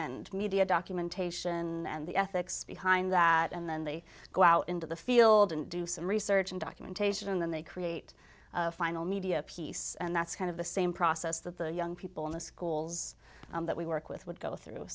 and media documentation and the ethics behind that and then they go out into the field and do some research and documentation and then they create a final media piece and that's kind of the same process that the young people in the schools that we work with would go through